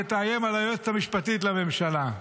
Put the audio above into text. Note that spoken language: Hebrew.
שתאיים על היועצת המשפטית לממשלה?